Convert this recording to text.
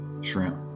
shrimp